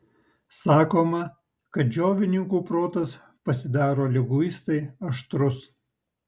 sakoma kad džiovininkų protas pasidaro liguistai aštrus